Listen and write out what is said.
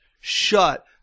shut